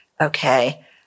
Okay